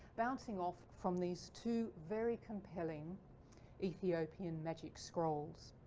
bouncing off from these two very compelling ethiopian magic scrolls.